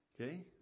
Okay